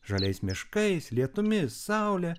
žaliais miškais lietumi saule